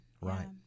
Right